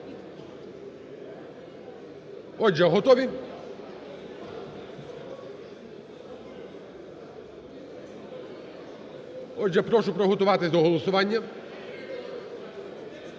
Отже, готові? Отже, прошу приготуватися до голосування.